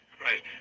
Right